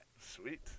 Sweet